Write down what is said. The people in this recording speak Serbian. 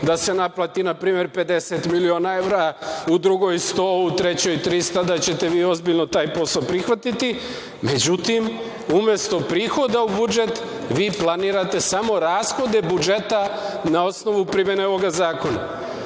da se naplati na primer pedeset miliona evra, u drugoj sto, u trećoj trista i da ćete vi ozbiljno taj posao prihvatiti. Međutim, umesto prihoda u budžet vi planirate samo rashode budžeta na osnovu primene ovog zakona.